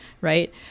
right